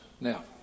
now